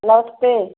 नमस्ते